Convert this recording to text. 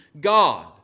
God